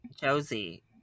Josie